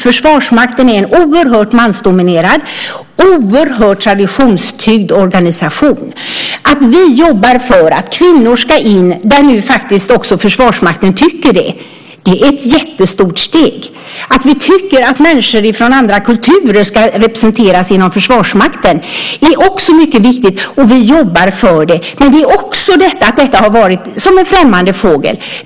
Försvarsmakten är en oerhört mansdominerad och oerhört traditionstyngd organisation, och vi jobbar för att kvinnor ska in där. Att också Försvarsmakten nu tycker det är ett jättestort steg. Vi tycker att människor från andra kulturer ska representeras inom Försvarsmakten, och det är också mycket viktigt. Och vi jobbar för det. Men detta har varit som en främmande fågel.